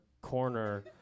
corner